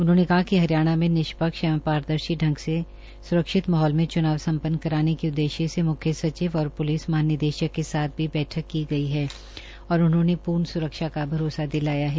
उन्होंने कहा कि हरियाणा में निष्पक्ष एवं पारदर्शी ढंग से स्रक्षित माहौल में चुनाव संपन्न कराने के उद्देश्य से मुख्य सचिव और प्लिस महानिदेशक के साथ भी बैठक की गई है और उन्होंने पूर्ण स्रक्षा का भरोसा दिलाया है